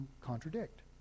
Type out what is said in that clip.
contradict